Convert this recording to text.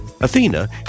Athena